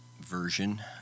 version